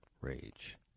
rage